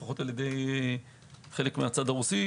לפחות על ידי חלק מהצד הרוסי,